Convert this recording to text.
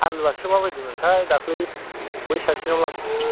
आलुआसो माबायदि मोनथाय दाख्लि बै सासेनाव लांनाया